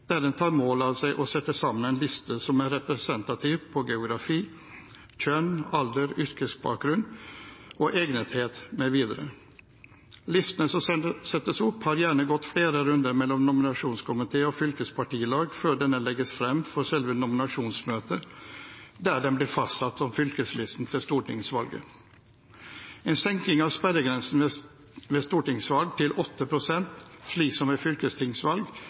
der en tar mål av seg til å sette sammen en liste som er representativ for geografi, kjønn, alder, yrkesbakgrunn, egnethet mv. Listene som settes opp, har gjerne gått flere runder mellom nominasjonskomité og fylkets partilag før denne legges frem for selve nominasjonsmøtet, der den blir fastsatt som fylkeslisten til stortingsvalget. En senkning av sperregrensen ved stortingsvalg til 8 pst., slik som ved fylkestingsvalg,